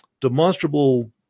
demonstrable